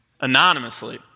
anonymously